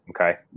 Okay